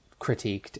critiqued